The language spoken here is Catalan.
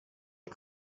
que